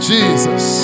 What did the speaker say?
Jesus